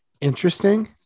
interesting